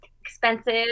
expensive